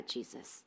Jesus